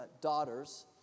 daughters